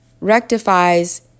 rectifies